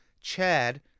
Chad